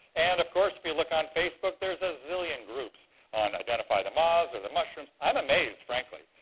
and, of course, if you look on facebook, there's a zillion groups on identify the moths or the mushrooms. i'm amazed, frankly.